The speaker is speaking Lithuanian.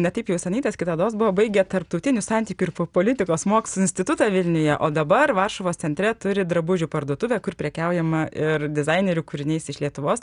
ne taip jau seniai tas kitados buvo baigė tarptautinių santykių ir po politikos mokslų institutą vilniuje o dabar varšuvos centre turi drabužių parduotuvę kur prekiaujama ir dizainerių kūriniais iš lietuvos